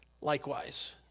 likewise